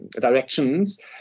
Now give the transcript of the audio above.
directions